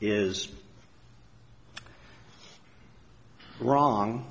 is wrong